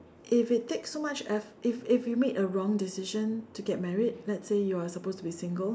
if it takes so much effort if if you make a wrong decision to get married let's say you are supposed to be single